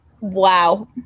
Wow